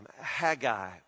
Haggai